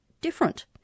different